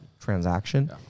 transaction